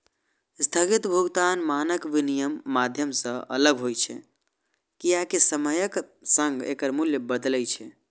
स्थगित भुगतान मानक विनमय माध्यम सं अलग होइ छै, कियैकि समयक संग एकर मूल्य बदलै छै